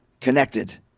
connected